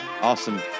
Awesome